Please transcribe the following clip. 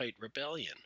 rebellion